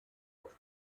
auf